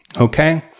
Okay